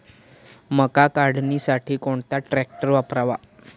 मका काढणीसाठी कोणता ट्रॅक्टर वापरावा?